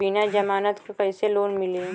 बिना जमानत क कइसे लोन मिली?